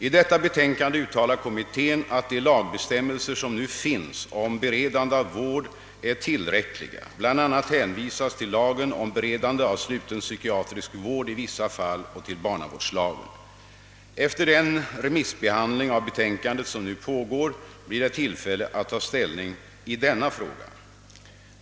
I detta betänkande uttalar kommittén att de lagbestämmelser som nu finns om beredande av vård är tillräckliga. BL a. hänvisas till lagen om beredande av sluten psykiatrisk vård i vissa fall och till barnavårdslagen. Efter den remissbehandling av betänkandet som nu pågår blir det tillfälle att ta ställning i denna fråga.